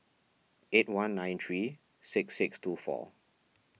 eight one nine three six six two four